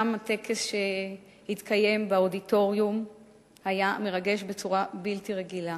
גם הטקס שהתקיים באודיטוריום היה מרגש בצורה בלתי רגילה.